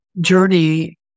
journey